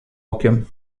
okiem